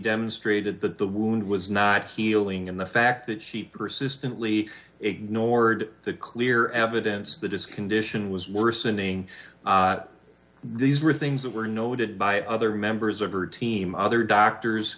demonstrated that the wound was not healing and the fact that she persistently ignored the clear evidence the disk condition was worsening these were things that were noted by other members of her team other doctors